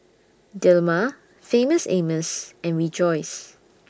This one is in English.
Dilmah Famous Amos and Rejoice